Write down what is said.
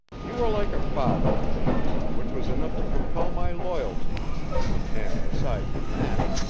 you were like a father to me which was enough to compel my loyalty and, aside from that,